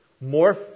More